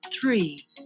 three